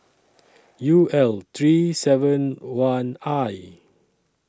U L three seven one I